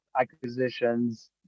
acquisitions